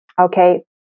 Okay